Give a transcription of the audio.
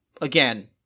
again